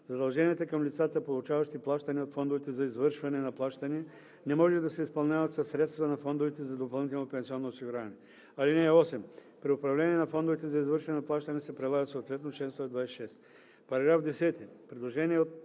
Задълженията към лицата, получаващи плащания от фондовете за извършване на плащания, не може да се изпълняват със средства на фондовете за допълнително пенсионно осигуряване. (8) При управлението на фондовете за извършване на плащания се прилага съответно чл. 126.“ По § 10 по вносител